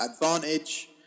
advantage